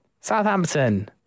Southampton